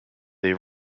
they